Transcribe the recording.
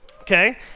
Okay